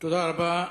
תודה רבה.